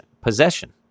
possession